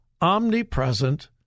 omnipresent